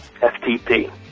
FTP